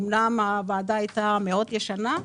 אמנם הוועדה הייתה מאוד ישנה,